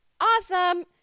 Awesome